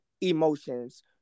emotions